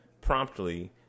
promptly